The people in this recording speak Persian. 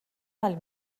حال